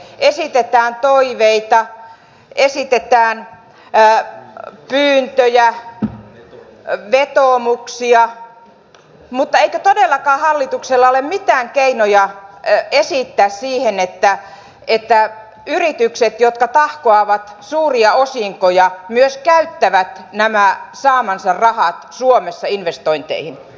esitetään toiveita esitetään pyyntöjä vetoomuksia mutta eikö todellakaan hallituksella ole esittää mitään keinoja siihen että yritykset jotka tahkoavat suuria osinkoja myös käyttävät nämä saamansa rahat suomessa investointeihin